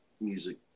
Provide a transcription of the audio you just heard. music